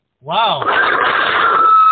Wow